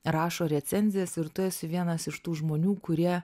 rašo recenzijas ir tu esi vienas iš tų žmonių kurie